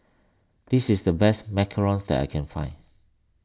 this is the best Macarons that I can find